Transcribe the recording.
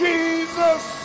Jesus